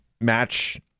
match